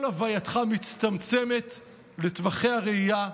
כל הווייתך מצטמצמת לטווחי הראייה,